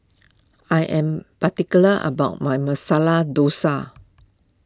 I am particular about my Masala Dosa